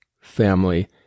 family